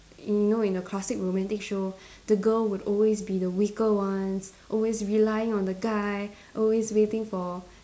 you know in a classic romantic show the girl would always be the weaker ones always relying on the guy always waiting for